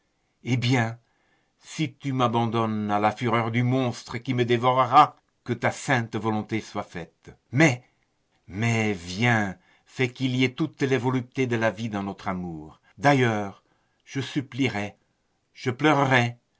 eh bien si tu m'abandonnes à la fureur du monstre qui me dévorera que ta sainte volonté soit faite mais viens fais qu'il y ait toutes les voluptés de la vie dans notre amour d'ailleurs je supplierai je pleurerai